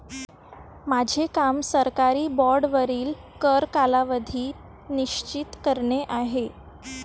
माझे काम सरकारी बाँडवरील कर कालावधी निश्चित करणे आहे